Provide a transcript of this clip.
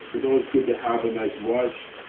it's always good to have a nice watch,